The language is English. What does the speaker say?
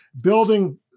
building